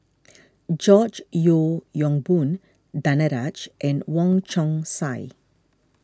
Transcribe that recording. George Yeo Yong Boon Danaraj and Wong Chong Sai